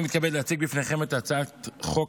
התשפ"ג